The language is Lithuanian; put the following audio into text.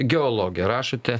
geologė rašote